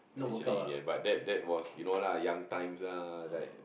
actually it didn't but that that was you know lah young times lah